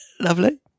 lovely